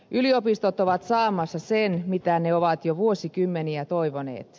yliopistot ovat saamassa sen mitä ne ovat jo vuosikymmeniä toivoneet